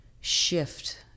shift